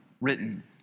written